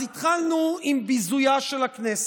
אז התחלנו עם ביזויה של הכנסת.